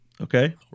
Okay